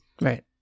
Right